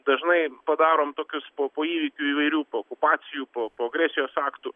dažnai padarom tokius po po įvykių įvairių po okupacijų po po agresijos aktų